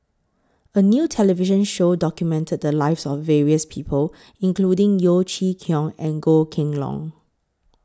A New television Show documented The Lives of various People including Yeo Chee Kiong and Goh Kheng Long